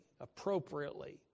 appropriately